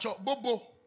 bobo